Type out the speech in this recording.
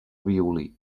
violí